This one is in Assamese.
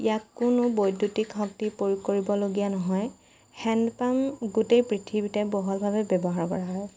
ইয়াক কোনো বৈদ্যুতিক শক্তি প্ৰয়োগ কৰিব লগীয়া নহয় হেণ্ড পাম্প গোটেই পৃথিৱীতে বহুলভাৱে ব্যৱহাৰ কৰা হয়